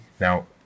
Now